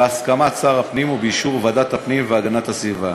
בהסכמת שר הפנים ובאישור ועדת הפנים והגנת הסביבה.